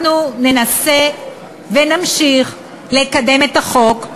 אנחנו נמשיך וננסה לקדם את החוק.